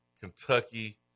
Kentucky